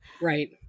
right